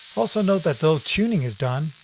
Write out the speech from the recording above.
also note that though tuning is done,